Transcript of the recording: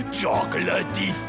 chocolatey